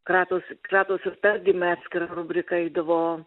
kratos kratos ir tardymai atskira rubrika eidavo